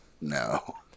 No